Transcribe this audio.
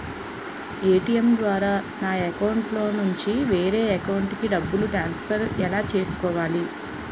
ATM ద్వారా నా అకౌంట్లోనుంచి వేరే అకౌంట్ కి డబ్బులు ట్రాన్సఫర్ ఎలా చేసుకోవాలి?